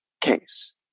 case